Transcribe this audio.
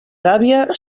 gàbia